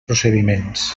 procediments